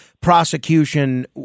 prosecution